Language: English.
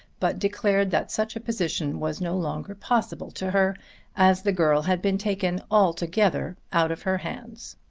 but declared that such a position was no longer possible to her as the girl had been taken altogether out of her hands.